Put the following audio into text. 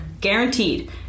Guaranteed